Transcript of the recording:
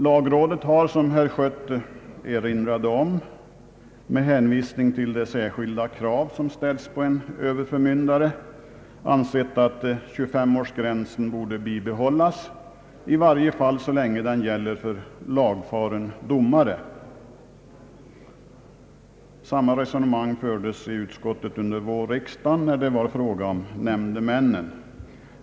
Lagrådet har, som herr Schött erinrade om, med hänvisning till det särskilda krav som ställs på en överförmyndare ansett att 25-årsgränsen borde bibehållas, i varje fall så länge den gäller för lagfaren domare. Samma resonemang fördes i utskottet under vårriksdagen när det var fråga om nämndemännen.